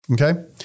Okay